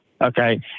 Okay